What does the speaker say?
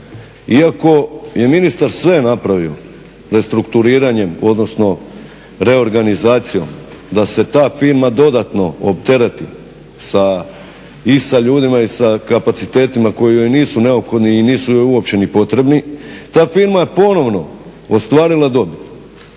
iako je ministar sve napravio restrukturiranjem, odnosno reorganizacijom da se ta firma dodatno odtereti sa i sa ljudima i sa kapacitetima koji joj nisu neophodni i nisu joj uopće ni potrebni. Ta firma je ponovno ostvarila dobit.